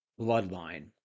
bloodline